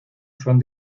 son